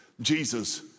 Jesus